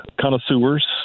connoisseurs